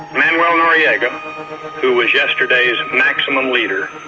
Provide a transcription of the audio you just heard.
manuel noriega who was yesterday's maximum leader,